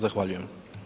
Zahvaljujem.